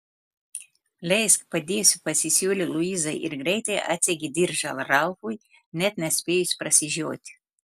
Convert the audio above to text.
leisk padėsiu pasisiūlė luiza ir greitai atsegė diržą ralfui net nespėjus prasižioti